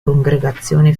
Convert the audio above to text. congregazione